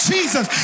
Jesus